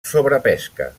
sobrepesca